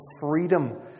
freedom